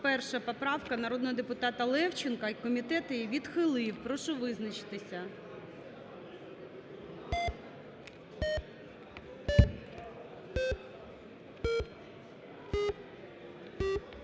155 поправка народного депутата Левченка, комітет її відхилив. Прошу визначитися.